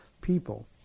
people